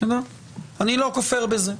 אני לא כופר בזה.